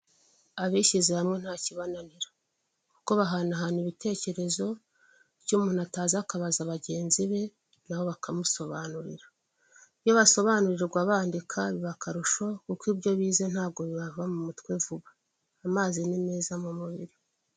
Abishyize hamwe ntakibananira kuko bahanahana ibitekerezo ibyo umuntu atazi akabaza bagenzi be nabo bakamusobanurira. Iyo basobanurirwa bandika biba akarusho kuko ibyo bize ntabwo bibava mumutwe vuba. Amazi ni meza mu mubiri.